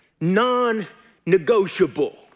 Non-Negotiable